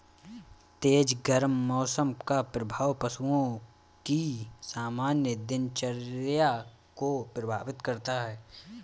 तेज गर्म मौसम का प्रभाव पशुओं की सामान्य दिनचर्या को प्रभावित करता है